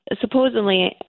supposedly